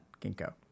Ginkgo